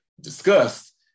discussed